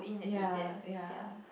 ya ya